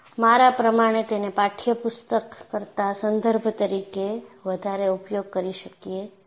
મારા પ્રમાણે તેને પાઠ્ય પુસ્તક કરતાં સંદર્ભ તરીકે વધારે ઉપયોગ કરી શકીએ છીએ